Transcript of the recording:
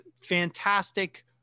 fantastic